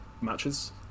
matches